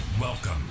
Welcome